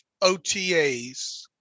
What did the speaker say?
OTAs